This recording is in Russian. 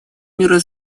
мира